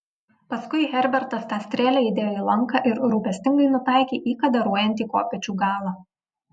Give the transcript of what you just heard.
paskui herbertas tą strėlę įdėjo į lanką ir rūpestingai nutaikė į kadaruojantį kopėčių galą